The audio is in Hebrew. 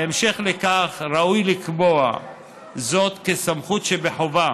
בהמשך לכך, ראוי לקבוע זאת כסמכות שבחובה